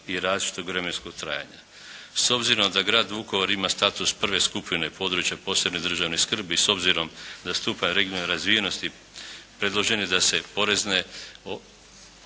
i različitog vremenskog trajanja. S obzirom da grad Vukovar ima status prve skupine područja od posebne državne skrbi i s obzirom da stupanj regionalne razvijenosti predloženo je da se porezne